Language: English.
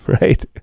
right